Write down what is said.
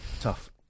Tough